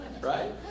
Right